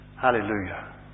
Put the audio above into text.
Hallelujah